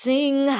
Sing